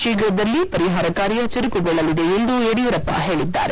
ತೀಪ್ರದಲ್ಲಿ ಪರಿಹಾರ ಕಾರ್ಯ ಚುರುಕುಗೊಳ್ಲಲಿದೆ ಎಂದೂ ಯಡಿಯೂರಪ್ಪ ಹೇಳಿದ್ದಾರೆ